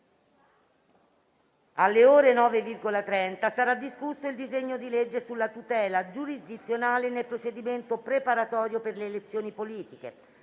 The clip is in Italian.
alle ore 9,30, sarà discusso il disegno di legge sulla tutela giurisdizionale nel procedimento preparatorio per le elezioni politiche.